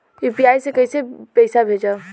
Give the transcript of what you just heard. UPI से कईसे पैसा भेजब?